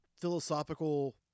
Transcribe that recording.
philosophical